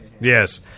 Yes